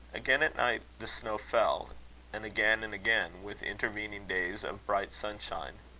again at night the snow fell and again and again, with intervening days of bright sunshine.